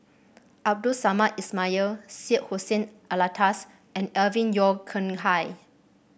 Abdul Samad Ismail Syed Hussein Alatas and Alvin Yeo Khirn Hai